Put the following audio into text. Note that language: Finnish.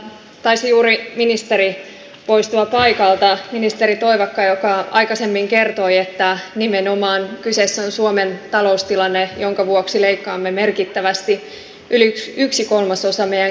taisi juuri ministeri poistua paikalta ministeri toivakka joka aikaisemmin kertoi että kyseessä on nimenomaan suomen taloustilanne jonka vuoksi leikkaamme merkittävästi yli yhden kolmasosan meidän kehitysavustamme